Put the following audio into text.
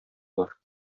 бар